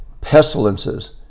pestilences